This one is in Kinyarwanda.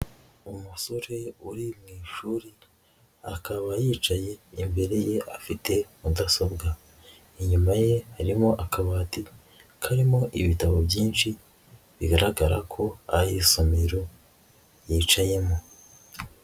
Umusore uri mushuri, akaba yicaye imbere ye afite mudasobwa, inyuma ye harimo akabati karimo ibitabo byinshi, bigaragara ko a isomero yicayemo.